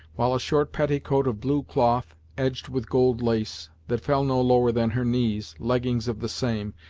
while a short petticoat of blue cloth edged with gold lace, that fell no lower than her knees, leggings of the same,